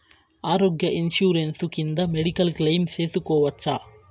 ఆరోగ్య ఇన్సూరెన్సు కింద medical claim సేసుకోవచ్చా?